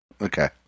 Okay